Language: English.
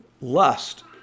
Lust